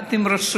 יחד עם הרשויות,